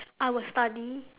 I will study